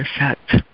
effect